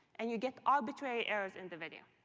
and you get arbitrary errors in the video.